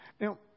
Now